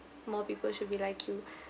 more people should be like you